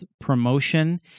promotion